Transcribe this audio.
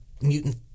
mutant